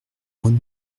braun